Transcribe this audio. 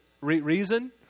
Reason